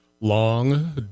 long